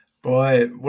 Boy